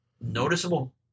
noticeable